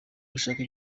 gushaka